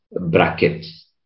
brackets